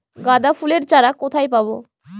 গাঁদা ফুলের চারা কোথায় পাবো?